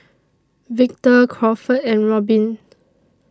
Victor Crawford and Robin